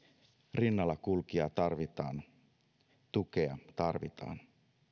rinnalla kulkijaa tarvitaan tukea tarvitaan